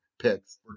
picks